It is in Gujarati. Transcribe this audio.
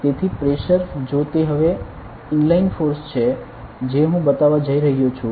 તેથી પ્રેશર જો તે હવે ઇનલાઇન ફોર્સ છે જે હું બતાવવા જઈ રહ્યો છું